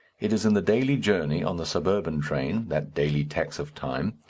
it is in the daily journey, on the suburban train, that daily tax of time,